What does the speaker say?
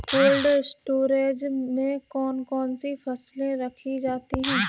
Cold storage में कौन कौन सी फसलें रखी जाती हैं?